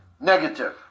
negative